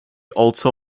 also